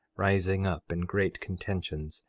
rising up in great contentions,